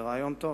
זה רעיון טוב.